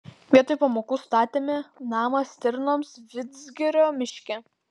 vietoj pamokų statėme namą stirnoms vidzgirio miške